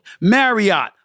Marriott